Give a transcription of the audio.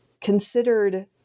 considered